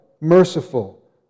merciful